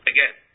Again